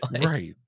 Right